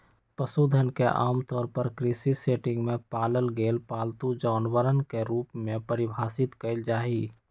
पशुधन के आमतौर पर कृषि सेटिंग में पालल गेल पालतू जानवरवन के रूप में परिभाषित कइल जाहई